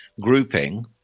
grouping